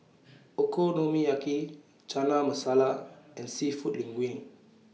Okonomiyaki Chana Masala and Seafood Linguine